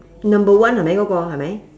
number one ah hai mai go go hai mai